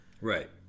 Right